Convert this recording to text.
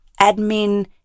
admin